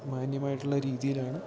മാന്യമായിട്ടുള്ള രീതിയിലാണ്